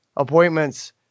appointments